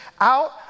out